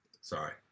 sorry